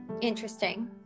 interesting